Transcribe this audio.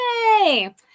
Yay